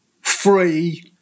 free